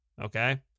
Okay